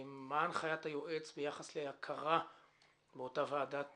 מה הנחיית היועץ ביחס להכרה באותה ועדת